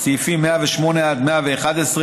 סעיפים 108 111,